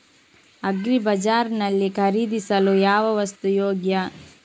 Agri bazaar ನಲ್ಲಿ ಖರೀದಿಸಲು ಯಾವ ವಸ್ತು ಯೋಗ್ಯ?